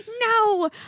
no